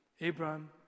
Abraham